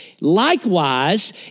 Likewise